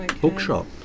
bookshop